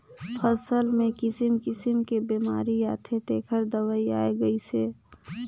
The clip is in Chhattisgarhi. फसल मे किसिम किसिम के बेमारी आथे तेखर दवई आये गईस हे